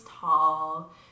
tall